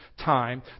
time